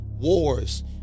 wars